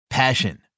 Passion